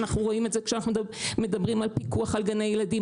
אנחנו רואים את זה כשאנחנו מדברים על גני ילדים.